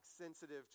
sensitive